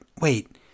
wait